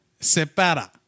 Separa